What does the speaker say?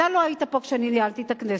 אתה לא היית פה כשאני ניהלתי את הכנסת,